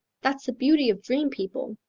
that's the beauty of dream-people.